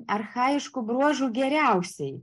archajiškų bruožų geriausiai